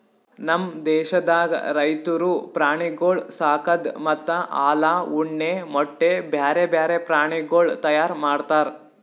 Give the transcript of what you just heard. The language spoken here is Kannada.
ನಮ್ ದೇಶದಾಗ್ ರೈತುರು ಪ್ರಾಣಿಗೊಳ್ ಸಾಕದ್ ಮತ್ತ ಹಾಲ, ಉಣ್ಣೆ, ಮೊಟ್ಟೆ, ಬ್ಯಾರೆ ಬ್ಯಾರೆ ಪ್ರಾಣಿಗೊಳ್ ತೈಯಾರ್ ಮಾಡ್ತಾರ್